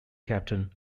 captain